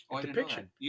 depiction